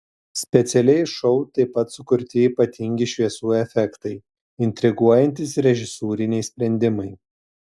specialiai šou taip pat sukurti ypatingi šviesų efektai intriguojantys režisūriniai sprendimai